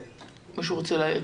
מישהו רוצה להעיר?